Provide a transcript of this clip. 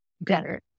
better